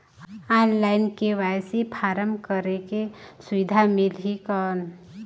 Online KYC form करेके सुविधा मिली कौन?